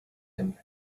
him